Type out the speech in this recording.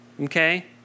Okay